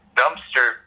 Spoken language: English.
dumpster